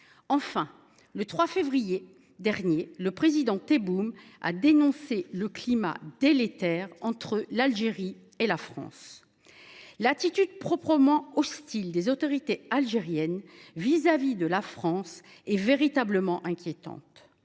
Enfin, le 3 février dernier, le président Tebboune a dénoncé le climat délétère entre l’Algérie et la France. L’attitude véritablement hostile des autorités algériennes vis à vis de notre pays est inquiétante.